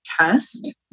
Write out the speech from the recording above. test